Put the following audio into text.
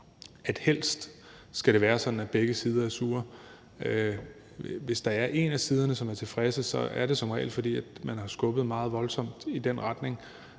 det helst skal være sådan, at begge sider er sure. Hvis der er en af siderne, som er tilfreds, så er detsom regel, fordi man har skubbet meget voldsomt i den retning.